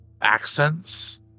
accents